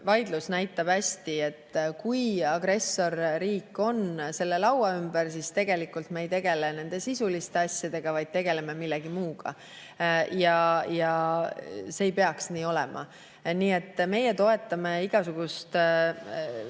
vaidlus näitab hästi, et kui agressorriik on selle laua ümber, siis me ei tegele sisuliste asjadega, vaid tegeleme millegi muuga. Aga see ei peaks nii olema. Nii et meie toetame igasugust